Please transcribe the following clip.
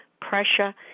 pressure